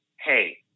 hey –